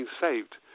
saved